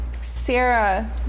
Sarah